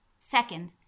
Second